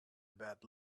about